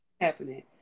happening